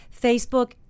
Facebook